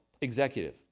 executive